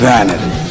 Vanity